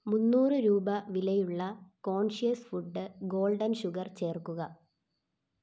മുന്നൂറ് രൂപ വിലയുള്ള കോൺഷ്യസ് ഫുഡ് ഗോൾഡൻ ഷുഗർ ചേർക്കുക